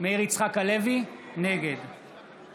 מאיר יצחק הלוי, נגד